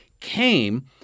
came